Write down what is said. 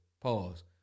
Pause